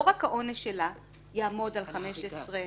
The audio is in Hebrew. לא רק העונש שלה יעמוד 15 שנים --- על הריגה.